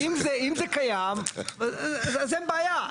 אם זה קיים, אז אין בעיה.